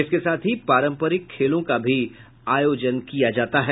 इसके साथ ही पारंपरिक खेलों का भी आयोजन किया जाता है